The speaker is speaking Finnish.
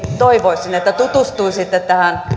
toivoisin että tutustuisitte tähän